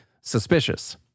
suspicious